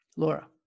Laura